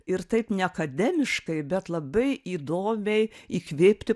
ir taip ne akademiškai bet labai įdomiai įkvėpti